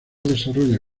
desarrollan